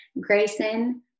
Grayson